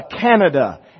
Canada